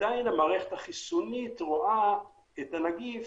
עדיין המערכת החיסונית רואה את הנגיף